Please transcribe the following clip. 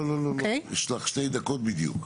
לא, לא, לא, יש לך שתי דקות בדיוק.